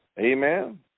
Amen